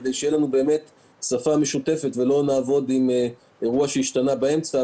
כדי שתהיה לנו שפה משותפת ולא נעבוד עם אירוע שהשתנה באמצע.